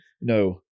no